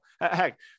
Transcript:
heck